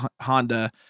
Honda